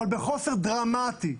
אבל בחוסר דרמטי,